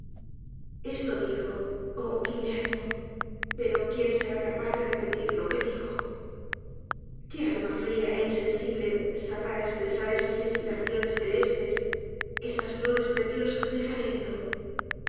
esto dijo oh guillermo pero quién será capaz de repetir lo que dijo qué alma fría é insensible sabrá espresar esas inspiraciones celestes esas flores preciosas del talento